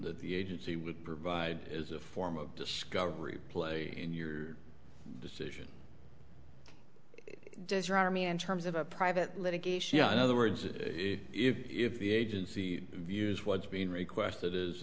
that the agency would provide as a form of discovery play in your decision does your army in terms of a private litigation in other words if it's if the agency views what's being requested is